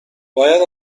باید